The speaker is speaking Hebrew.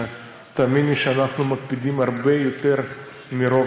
ותאמיני שאנחנו מקפידים הרבה יותר מרוב